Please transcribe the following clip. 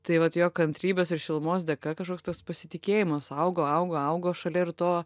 tai vat jo kantrybės ir šilumos dėka kažkoks tas pasitikėjimas augo augo augo šalia ir to